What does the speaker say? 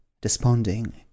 desponding